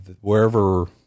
wherever